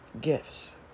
gifts